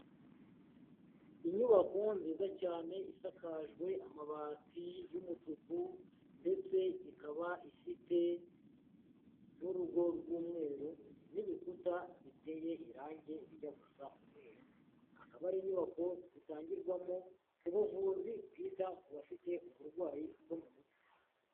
Inyubako nziza cyane isakajwe amabati y'umutuku ndetse ikaba ifite n'urugo rw'umweru n'ibikuta biteye irange rijya gusa umweru, akaba ari inyubako zitangirwamo ubuvuzi bwita ku bafite uburwayi bwo mu mutwe.